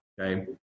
Okay